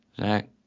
Zach